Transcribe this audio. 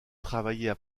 travaillaient